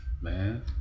Man